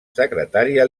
secretària